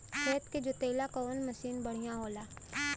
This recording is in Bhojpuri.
खेत के जोतईला कवन मसीन बढ़ियां होला?